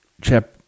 chapter